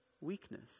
weakness